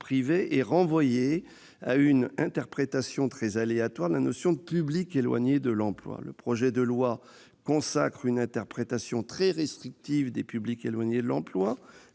privée est renvoyée à une interprétation très aléatoire de la notion de « publics éloignés de l'emploi ». Le projet de loi consacre une interprétation très restrictive de cette notion, les